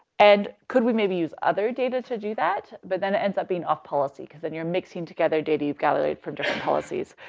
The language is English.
and could we maybe use other data to do that, but then ends up being off policy, because then you're mixing together data you've gathered from different policies.